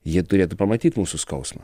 jie turėtų pamatyt mūsų skausmą